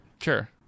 Sure